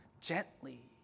gently